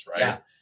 right